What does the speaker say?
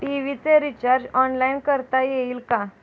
TV चे recharge online करता येईल का?